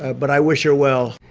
but i wish her well.